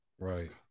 Right